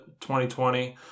2020